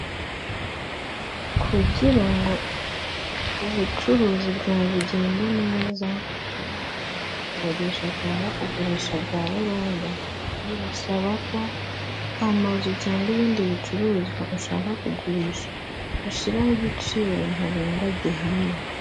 Kugira ngo ubucuruzi bwawe bugende neza, yaba mu gukodesha cyangwa kugurisha bya burundu, birasaba ko amazu cyangwa ibindi bicuruzwa ushaka kugurisha, ushiraho igiciro ntarengwa gihamye.